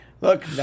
Look